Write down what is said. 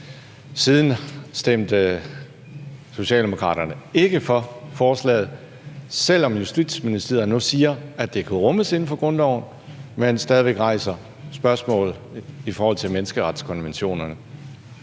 Siden stemte Socialdemokraterne ikke for forslaget, selv om Justitsministeriet nu siger, at det kan rummes inden for grundloven, men stadig væk rejser spørgsmål i forhold til menneskerettighedskonventionen.